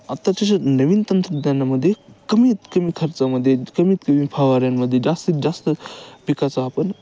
आत्ताच्या ज्या नवीन तंत्रज्ञानामध्ये कमीतकमी खर्चामध्ये कमीतकमी फावऱ्यांमध्ये जास्तीत जास्त पिकाचं आपण